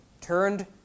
turned